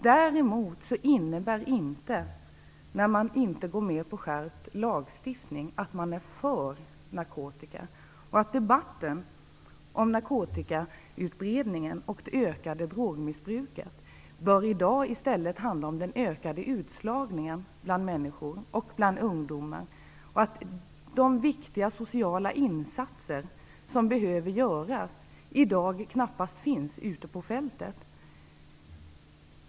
När man inte vill gå med på skärpt lagstiftning innebär det däremot inte att man är för narkotika. Debatten om narkotikautbredningen och om det ökande drogmissbruket bör i dag i stället handla om den ökande utslagningen bland människor och främst då bland ungdomar. De viktiga sociala insatser som i dag behöver göras ute på fältet existerar knappt.